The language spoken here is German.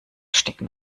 stecken